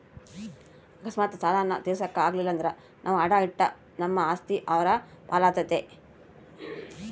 ಅಕಸ್ಮಾತ್ ಸಾಲಾನ ತೀರ್ಸಾಕ ಆಗಲಿಲ್ದ್ರ ನಾವು ಅಡಾ ಇಟ್ಟ ನಮ್ ಆಸ್ತಿ ಅವ್ರ್ ಪಾಲಾತತೆ